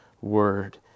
Word